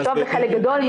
הוא טוב לחלק גדול מהם,